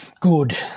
good